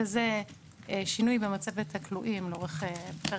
שזה שינוי במצבת הכלואים לאורך פרק